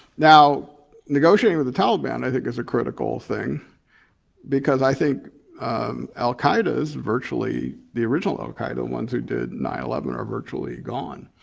now negotiating with the taliban i think is a critical thing because i think al-qaeda is virtually, the original al-qaeda, the ones who did nine eleven are virtually gone.